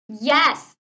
Yes